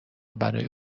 برای